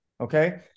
Okay